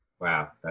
Wow